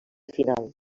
final